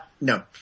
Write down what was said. no